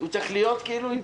הוא צריך להיות כאילו?